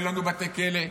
אין לנו בתי כלא,